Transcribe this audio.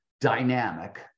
Dynamic